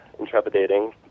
intrepidating